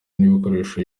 n’ikoreshwa